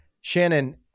Shannon